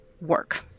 Work